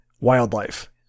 wildlife